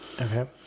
Okay